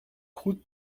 route